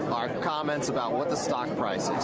are comments about what the stock price is,